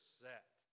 set